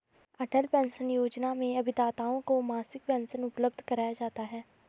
अटल pension योजना में अभिदाताओं को मासिक पेंशन उपलब्ध कराया जाता है